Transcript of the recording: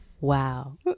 Wow